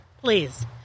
Please